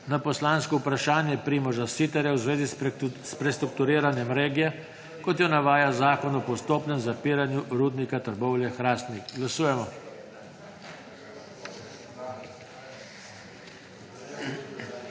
na poslansko vprašanje Primoža Siterja v zvezi s prestrukturiranjem regije, kot jo navaja Zakon o postopnem zapiranju Rudnika Trbovlje–Hrastnik. Glasujemo.